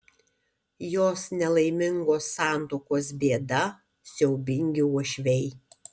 jos nelaimingos santuokos bėda siaubingi uošviai